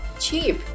cheap